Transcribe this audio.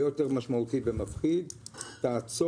כן, אני רוצה לחדד את מה שאמרת.